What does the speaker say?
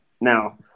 Now